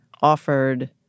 offered